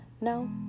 No